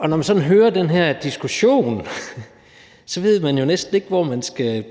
Når man sådan hører den her diskussion, ved man jo næsten ikke, hvor man skal